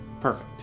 Perfect